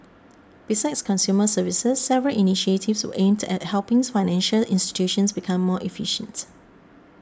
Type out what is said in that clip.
besides consumer services several initiatives were aimed at helping financial institutions become more efficient